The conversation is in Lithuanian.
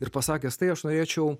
ir pasakęs tai aš norėčiau